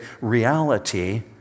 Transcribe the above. reality